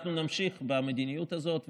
אנחנו נמשיך במדיניות הזאת,